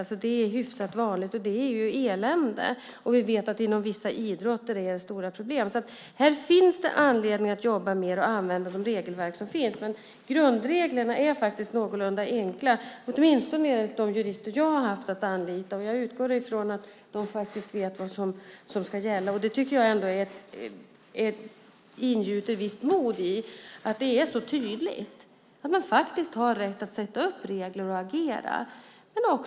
Det är alltså hyfsat vanligt, och det är elände. Vi vet att inom vissa idrotter är det stora problem. Här finns det anledning att jobba mer och använda de regelverk som finns, men grundreglerna är faktiskt någorlunda enkla, åtminstone enligt de jurister som jag har haft att anlita. Jag utgår från att de faktiskt vet vad som ska gälla. Att det är så tydligt tycker jag ändå ingjuter visst mod. Man har faktiskt rätt att sätta upp regler och agera.